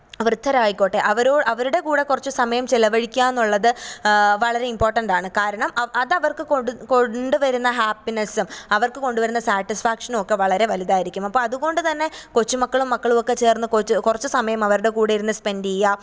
വൃദ്ധരായിക്കോട്ടെ അവരോട് അവരുടെ കൂടെ കുറച്ച് സമയം ചെലവഴിക്കാമെന്നുള്ളത് വളരെ ഇമ്പോട്ടൻ്റ് ആണ് കാരണം അ അത് അവര്ക്ക് കൊണ്ടു വരുന്ന ഹാപ്പിനെസ്സും അവര്ക്ക് കൊണ്ടു വരുന്ന സാറ്റിസ്ഫാക്ഷനുമൊക്കെ വളരെ വലുതായിരിക്കും അപ്പം അതുകൊണ്ടു തന്നെ കൊച്ചുമക്കളും മക്കളുമൊക്കെ ചേര്ന്ന് കൊച്ച് കുറച്ച് സമയം അവരുടെ കൂടെ ഇരുന്ന് സ്പേൻഡ് ചെയ്യുക